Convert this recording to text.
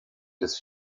des